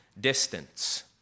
distance